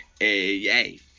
yay